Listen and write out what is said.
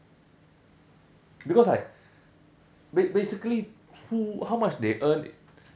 because like ba~ basically who how much they earn